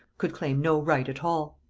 could claim no right at all.